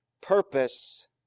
Purpose